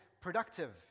productive